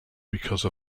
because